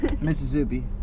Mississippi